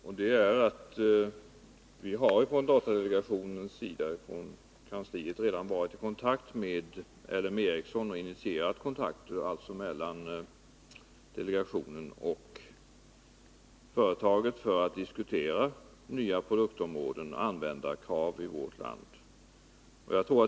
Herr talman! Jag vill bara säga en sak: Datadelegationens kansli har redan varit i kontakt med LM Ericsson. Man har initierat kontakter mellan delegationen och företaget för att få till stånd diskussioner om nya produktområden och användarkrav i vårt land.